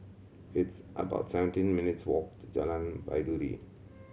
it's about seventeen minutes' walk to Jalan Baiduri